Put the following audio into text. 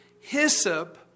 hyssop